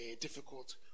difficult